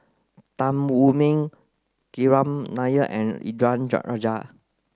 Tan Wu Meng Nair and Indranee Rajah